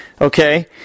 okay